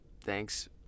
Thanks